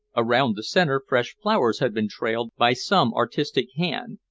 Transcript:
around the center fresh flowers had been trailed by some artistic hand,